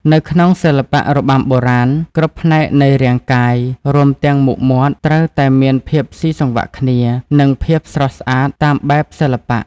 នៅក្នុងសិល្បៈរបាំបុរាណ គ្រប់ផ្នែកនៃរាងកាយ រួមទាំងមុខមាត់ ត្រូវតែមានភាពស៊ីសង្វាក់គ្នា និងភាពស្រស់ស្អាតតាមបែបសិល្បៈ។